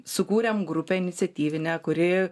sukūrėm grupę iniciatyvinę kuri